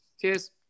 Cheers